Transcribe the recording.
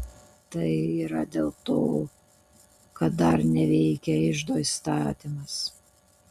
tai yra dėl to kad dar neveikia iždo įstatymas